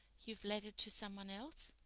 you've let it to some one else?